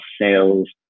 sales